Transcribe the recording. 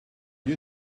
you